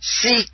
Seek